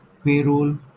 payroll